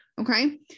Okay